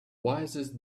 wisest